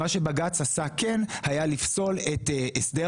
מה שבג"צ כן עשה היה לפסול את הסדר